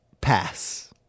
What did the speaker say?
pass